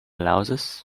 louses